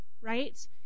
right